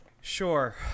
Sure